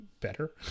better